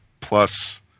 plus